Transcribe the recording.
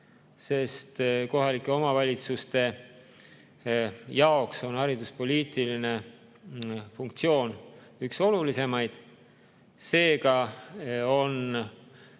sest kohalike omavalitsuste jaoks on hariduspoliitiline funktsioon üks olulisemaid. Seega on